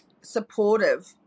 supportive